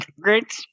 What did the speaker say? great